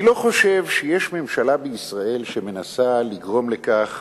אני לא חושב שיש ממשלה בישראל שמנסה לגרום לכך